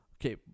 Okay